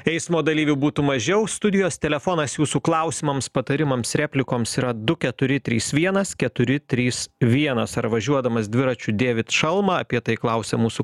eismo dalyvių būtų mažiau studijos telefonas jūsų klausimams patarimams replikoms yra du keturi trys vienas keturi trys vienas ar važiuodamas dviračiu dėvit šalmą apie tai klausia mūsų